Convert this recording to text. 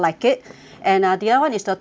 and uh the other one is the tofu